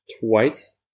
twice